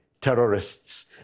terrorists